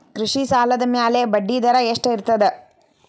ಕೃಷಿ ಸಾಲದ ಮ್ಯಾಲೆ ಬಡ್ಡಿದರಾ ಎಷ್ಟ ಇರ್ತದ?